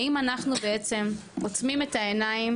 האם אנחנו בעצם עוצמים את העיניים